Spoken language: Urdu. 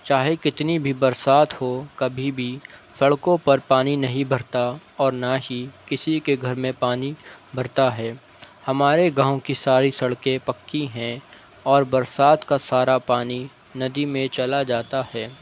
چاہے کتنی بھی برسات ہو کبھی بھی سڑکوں پر پانی نہیں بھرتا اور نہ ہی کسی کے گھر میں پانی بھرتا ہے ہمارے گاؤں کی ساری سڑکیں پکی ہیں اور برسات کا سارا پانی ندی میں چلا جاتا ہے